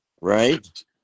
Right